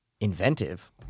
inventive